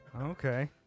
Okay